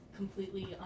completely